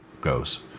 goes